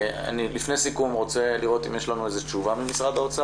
לפני סיכום אני רוצה לראות אם יש לנו תשובה ממשרד האוצר.